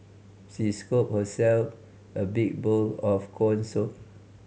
she scooped herself a big bowl of corn soup